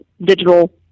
digital